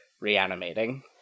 reanimating